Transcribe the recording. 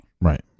Right